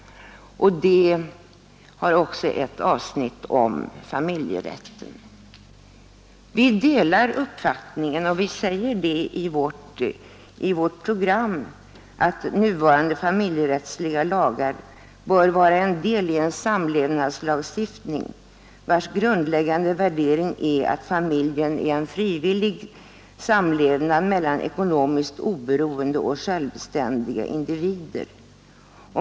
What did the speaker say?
Det har också ett avsnitt om familjerätten, och vi säger i vårt program: ”Nuvarande familjerättsliga lagar bör vara en del i en samlevnadslagstiftning vars grundläggande värdering är att familjen är en frivillig samlevnad mellan ekonomiskt oberoende och självständiga individer.